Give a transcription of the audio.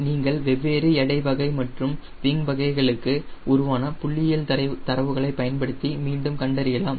நீங்கள் வெவ்வேறு எடை வகை மற்றும் விங் வகைகளுக்கு உருவான புள்ளியியல் தரவுகளை பயன்படுத்தி மீண்டும் கண்டறியலாம்